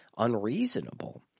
unreasonable